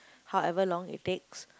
however long it takes